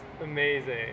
amazing